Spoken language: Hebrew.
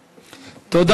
תודה.